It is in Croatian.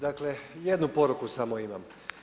Dakle, jednu poruku samo imam.